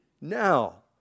now